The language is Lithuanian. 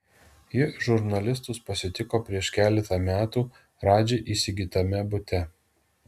ji žurnalistus pasitiko prieš keletą metų radži įsigytame bute